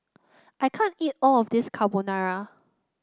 I can't eat all of this Carbonara